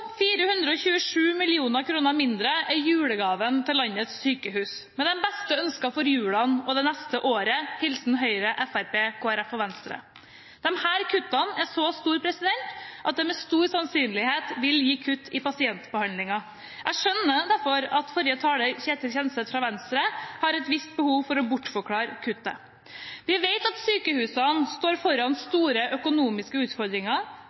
427 mill. kr mindre er julegaven til landets sykehus, med de beste ønsker for julen og det neste året! Hilsen Høyre, Fremskrittspartiet, Kristelig Folkeparti og Venstre. Disse kuttene er så store at det med stor sannsynlighet vil gi kutt i pasientbehandlingen. Jeg skjønner derfor at forrige taler, Ketil Kjenseth fra Venstre, har et visst behov for å bortforklare kuttet. Vi vet at sykehusene står foran store økonomiske utfordringer: